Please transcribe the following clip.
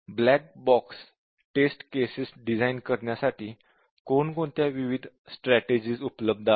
black box test cases design करण्यासाठी कोणकोणत्या विविध स्ट्रॅटेजिज उपलब्ध आहेत